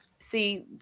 See